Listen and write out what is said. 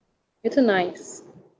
it's a nice